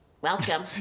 Welcome